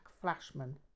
Flashman